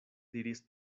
diris